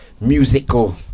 musical